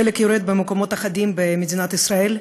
שלג יורד במקומות אחדים במדינת ישראל,